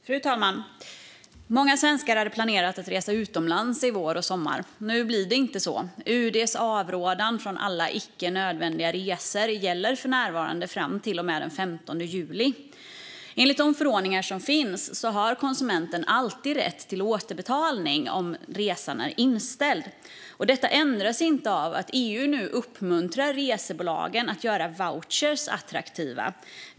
Fru talman! Många svenskar hade planerat att resa utomlands i vår och sommar. Nu blir det inte så. UD:s avrådan från alla icke nödvändiga resor gäller för närvarande fram till och med den 15 juli. Enligt de förordningar som finns har konsumenten alltid rätt till återbetalning om resan är inställd. Detta ändras inte av att EU nu uppmuntrar resebolagen att göra vouchrar attraktiva.